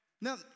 Now